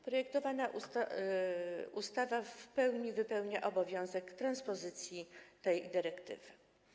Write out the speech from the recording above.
Projektowana ustawa w pełni wypełnia obowiązek transpozycji tej dyrektywy.